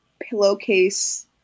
pillowcase